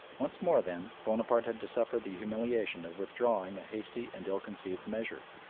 once more, then, bonaparte had to suffer the humiliation of withdrawing a hasty and ill-conceived measure.